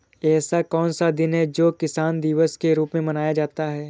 ऐसा कौन सा दिन है जो किसान दिवस के रूप में मनाया जाता है?